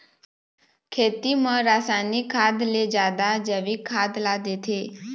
खेती म रसायनिक खाद ले जादा जैविक खाद ला देथे